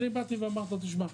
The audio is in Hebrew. אני באתי ואמרתי לו 'תשמע,